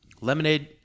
Lemonade